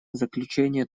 заключение